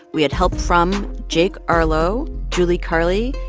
we had help from jake arlow, julie carli,